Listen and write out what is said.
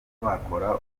bakora